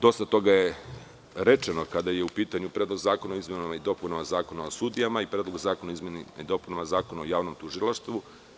Dosta toga je rečeno kada je u pitanju Predlog zakona o izmenama i dopunama Zakona o sudijama iPredlog zakona o izmenama i dopunama Zakona o javnom tužilaštvu.